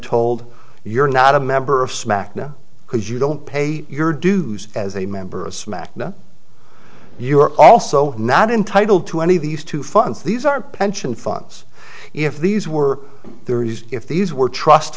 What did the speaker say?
told you're not a member of smack now because you don't pay your dues as a member of smack now you are also not entitled to any of these two funds these are pension funds if these were there is if these were trust